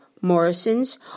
Morrison's